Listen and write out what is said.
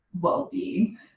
well-being